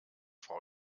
frau